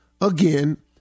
Again